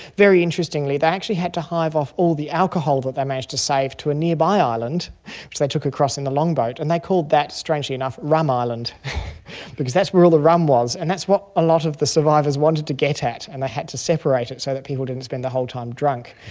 very interestingly they actually had to hive off all the alcohol that they managed to save to a nearby island, which they took across in the longboat, and they called that, strangely enough, rum island because that's where all the rum was. and that's what a lot of the survivors wanted to get out at and they had to separate it so that people didn't spend the whole time drunk.